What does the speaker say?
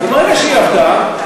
וברגע שהיא עבדה,